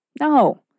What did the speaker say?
No